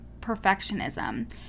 perfectionism